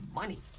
money